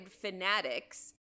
Fanatics